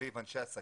סביב אנשי עסקים,